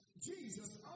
Jesus